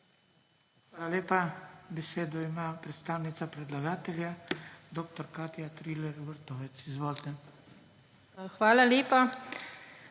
Hvala lepa. Besedo ima predstavnica predlagatelja dr. Katja Triller Vrtovec. Izvolite. **DR.